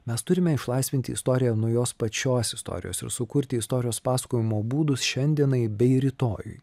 mes turime išlaisvinti istoriją nuo jos pačios istorijos ir sukurti istorijos pasakojimo būdus šiandienai bei rytojui